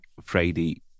Friday